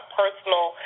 personal